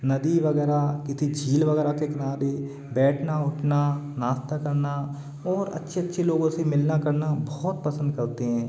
नदी वगैरह किसी झील वगैरह के किनारे बैठना उठना नाश्ता करना और अच्छे अच्छे लोगों से मिलना करना बहुत पसंद करते हैं